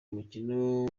umukino